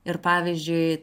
ir pavyzdžiui